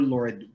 Lord